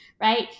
right